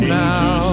now